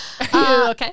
Okay